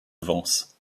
vence